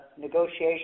negotiation